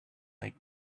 like